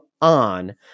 on